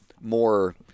more